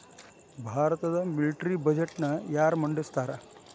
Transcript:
ಭಾರತದ ಮಿಲಿಟರಿ ಬಜೆಟ್ನ ಯಾರ ಮಂಡಿಸ್ತಾರಾ